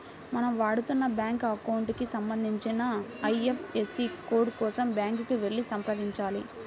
మనం వాడుతున్న bank account కి సంబంధించిన ఐ.ఎఫ్.ఎస్.సి కోడ్ కోసం బ్యాంకుకి వెళ్లి సంప్రదించాలి